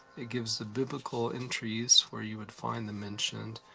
it gives the biblical entries where you would find them mentioned,